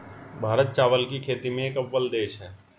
भारत चावल की खेती में एक अव्वल देश है